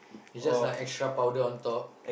is just like extra powder on top